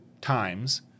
times